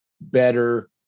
better